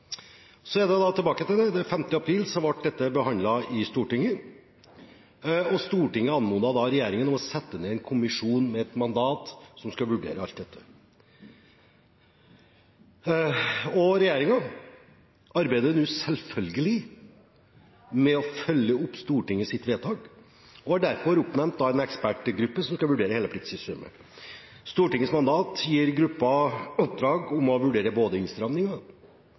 april ble dette behandlet i Stortinget, og Stortinget anmodet da regjeringen om å sette ned en kommisjon med et mandat som skulle vurdere alt dette. Regjeringen arbeider nå selvfølgelig med å følge opp Stortingets vedtak og har derfor oppnevnt en ekspertgruppe som skal vurdere hele pliktsystemet. Stortingets mandat gir gruppen oppdrag om å vurdere både